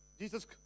Jesus